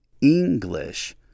English